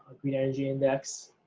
green energy index.